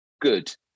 good